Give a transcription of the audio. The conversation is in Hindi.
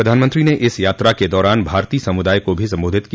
प्रधानमंत्री ने इस यात्रा के दौरान भारतीय समुदाय को भी संबोधित किया